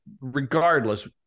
regardless